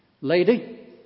Lady